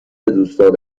دوستان